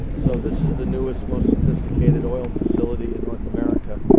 so, this is the newest, most sophisticated oil facility in north america.